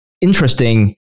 interesting